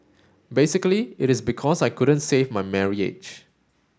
basically it is because I couldn't save my marriage